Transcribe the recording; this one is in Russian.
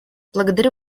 благодарю